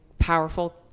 powerful